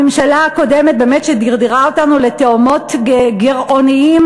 הממשלה הקודמת שבאמת דרדרה אותנו לתהומות גירעוניים,